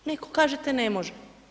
Netko kažete ne može.